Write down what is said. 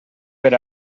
per